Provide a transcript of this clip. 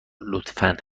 لطفا